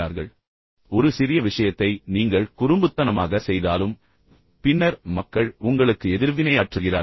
மக்கள் உங்களை மகானாக பார்க்கிறார்கள் ஒரு சிறிய விஷயத்தை நீங்கள் குறும்புத்தனமாக செய்தாலும் பின்னர் மக்கள் உங்களுக்கு எதிர்வினையாற்றுகிறார்கள்